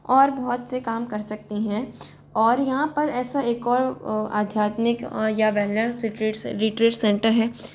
और बोहोत से काम कर सकते हैं और यहाँ पर ऐसा एक और आध्यात्मिक या वेलनेस रिट्री रिट्रीट सेंटर है